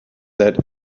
that